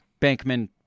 Bankman